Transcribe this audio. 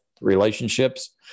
relationships